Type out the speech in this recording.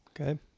Okay